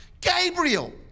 Gabriel